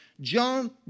John